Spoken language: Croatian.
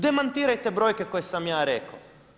Demantirajte brojke koje sam ja rekao.